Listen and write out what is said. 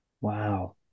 Wow